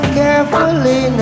carefully